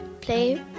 play